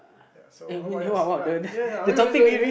ya so how about yours ya ya ya I mean I mean